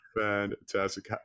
fantastic